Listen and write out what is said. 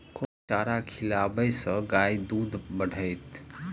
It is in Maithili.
केँ चारा खिलाबै सँ गाय दुध बढ़तै?